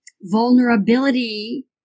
vulnerability